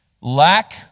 lack